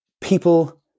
people